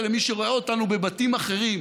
ולמי שרואה אותנו בבתים אחרים,